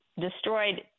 Destroyed